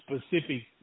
specific